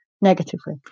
negatively